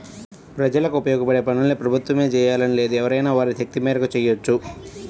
ప్రజలకు ఉపయోగపడే పనుల్ని ప్రభుత్వమే జెయ్యాలని లేదు ఎవరైనా వారి శక్తి మేరకు చెయ్యొచ్చు